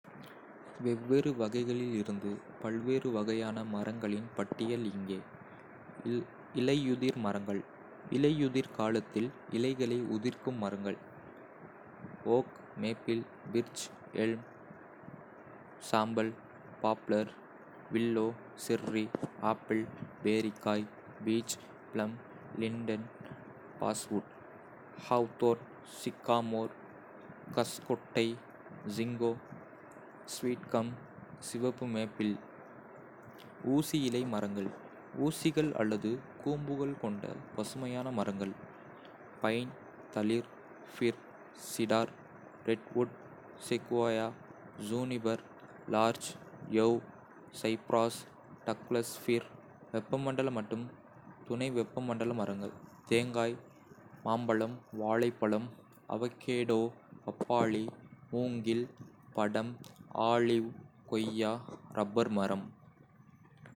நான் பூமியில் கடைசி நபராக இருந்தால், இதுபோன்ற முன்னோடியில்லாத சூழ்நிலையில் தனியாக இருப்பதன் உணர்ச்சி, நடைமுறை மற்றும் இருத்தலியல் சவால்களைப் பொறுத்து எனது செயல்கள் காலப்போக்கில் உருவாகும் என்று நினைக்கிறேன். இது எவ்வாறு வெளிவரலாம் என்பது இங்கே: உயிர்வாழ்தல் மற்றும் நடைமுறை தேவைகள் ஆரம்பத்தில், உயிர்வாழ்வதற்கான அடிப்படைத் தேவைகளைப் பாதுகாப்பதில் கவனம் செலுத்துவேன்: உணவு, தண்ணீர், தங்குமிடம் மற்றும் பாதுகாப்பு. வளங்களைக் கண்டறிவதற்காக எனது சுற்றுப்புறங்களை ஆராய்வேன், நான் உணவை வளர்க்க அல்லது தீவனம் தேடுவதை உறுதிசெய்து, உடல் ஆரோக்கியத்தை கவனித்துக்கொள்வேன் - நான் உயிர்வாழ்வதையும் ஆரோக்கியமாக இருப்பதையும் உறுதிசெய்வதற்கு இதுவே முன்னுரிமையாக இருக்கும். வழக்கமான மற்றும் கட்டமைப்பு காலப்போக்கில், மற்றவர்கள் இல்லாதது தனிமைப்படுத்தப்பட்டதாக உணரலாம், எனவே எனது நாட்களின் கட்டமைப்பை வழங்குவதற்கான நடைமுறைகளை நான் உருவாக்குவேன்.